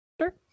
Sure